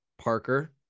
Parker